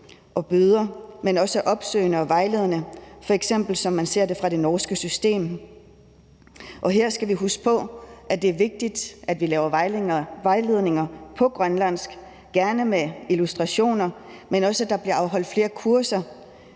og bøder, men som også er opsøgende og vejledende, f.eks. som man ser det i det norske system. Og her skal vi huske på, at det er vigtigt, at vi laver vejledninger på grønlandsk, gerne med illustrationer, men at der også bliver afholdt flere kurser,